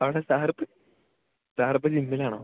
അവിടെ sir sir ഇപ്പോൾ ജിമ്മിൽ ആണോ